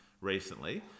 recently